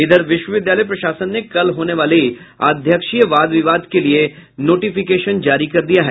इधर विश्वविद्यालय प्रशासन ने कल होने वाली अध्यक्षीय वाद विवाद के लिये नोटिफिकेशन जारी कर दिया है